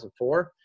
2004